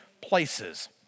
places